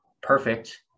perfect